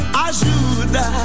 ajuda